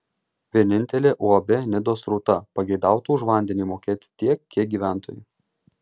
vienintelė uab nidos rūta pageidautų už vandenį mokėti tiek kiek gyventojai